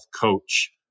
coach